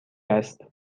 است